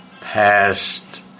past